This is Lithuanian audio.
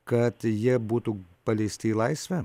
kad jie būtų paleisti į laisvę